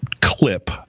clip